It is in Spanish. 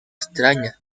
extrañas